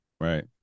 right